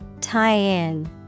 Tie-in